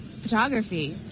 photography